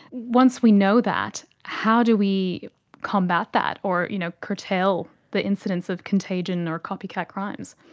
once we know that, how do we combat that or you know curtail the incidents of contagion or copycat crimes?